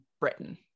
britain